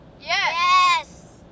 Yes